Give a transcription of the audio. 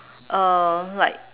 uh like